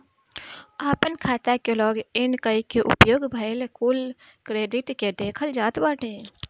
आपन खाता के लॉग इन कई के उपयोग भईल कुल क्रेडिट के देखल जात बाटे